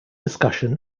discussion